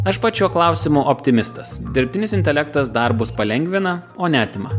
aš pats šiuo klausimu optimistas dirbtinis intelektas darbus palengvina o ne atima